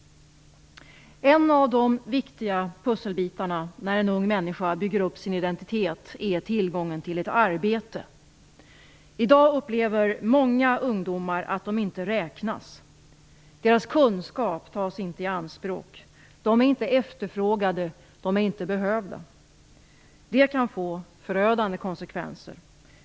En av de viktiga pusselbitarna när en ung människa bygger upp sin identitet är tillgången till ett arbete. I dag upplever många ungdomar att de inte räknas. Deras kunskap tas inte i anspråk, de är inte efterfrågade, inte behövda. Det kan få förödande konsekvenser.